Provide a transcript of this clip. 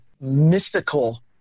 mystical